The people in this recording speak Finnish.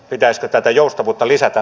pitäisikö tätä joustavuutta lisätä